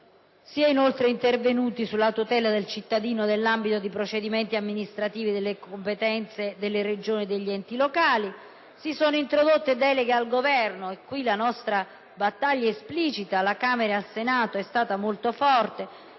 Si è inoltre intervenuti sulla tutela del cittadino nell'ambito di procedimenti amministrativi di competenza delle Regioni e degli enti locali. Si sono introdotte deleghe al Governo (e qui la nostra battaglia esplicita alla Camera e al Senato è stata molto forte)